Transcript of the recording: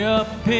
up